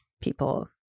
people